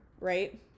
right